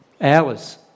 hours